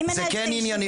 אני מנהלת את הדיון.